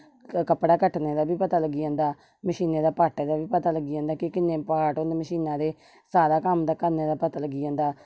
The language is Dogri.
कपड़ा कट्टने दा बी पता लग्गी जंदा मशीने दे पार्टें दा पता लग्गी जंदा के् किन्ने पार्ट होंदे मशीना दे सारा कम्म करने दा पता लग्गी जंदा